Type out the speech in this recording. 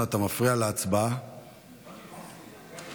ההצעה להעביר את הצעת חוק נציב תלונות הציבור על